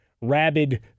rabid